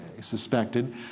suspected